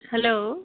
hello